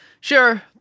Sure